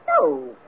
No